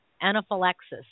anaphylaxis